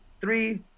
three